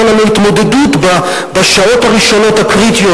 לנו התמודדות עם אסון כזה בשעות הראשונות הקריטיות.